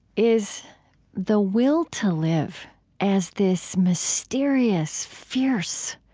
is the will to live as this mysterious, fierce,